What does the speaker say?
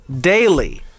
Daily